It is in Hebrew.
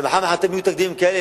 ומחר-מחרתיים יהיו תקדימים כאלה,